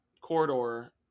Corridor